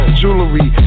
jewelry